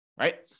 right